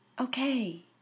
Okay